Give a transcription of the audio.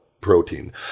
protein